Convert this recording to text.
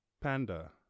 Panda